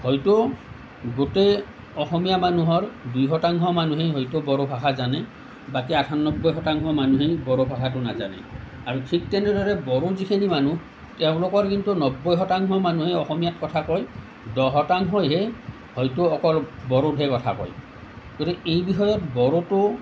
হয়তো গোটেই অসমীয়া মানুহৰ দুই শতাংশ মানুহেই হয়তো বড়ো ভাষা জানে বাকী আঠানব্বৈ শতাংশ মানুহেই বড়ো ভাষাটো নাজানে আৰু ঠিক তেনেদৰে বড়ো যিখিনি মানুহ তেওঁলোকৰ কিন্তু নব্বৈ শতাংশ মানুহেই অসমীয়াত কথা কয় দহ শতাংশইহে হয়তো অকল বড়োতহে কথা কয় গতিকে এই বিষয়ত বড়োটো